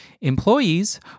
Employees